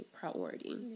priority